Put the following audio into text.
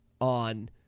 on